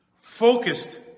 focused